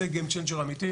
זה game changer אמיתי,